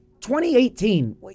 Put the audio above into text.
2018